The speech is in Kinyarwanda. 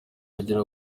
agera